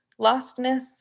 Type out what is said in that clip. lostness